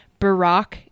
barack